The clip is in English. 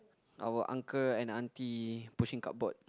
our uncle and auntie pushing cardboard